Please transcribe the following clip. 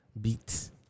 Beats